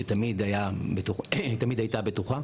שתמיד הייתה בטוחה.